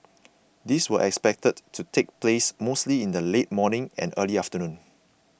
these were expected to take place mostly in the late morning and early afternoon